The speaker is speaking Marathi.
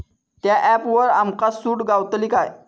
त्या ऍपवर आमका सूट गावतली काय?